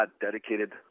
dedicated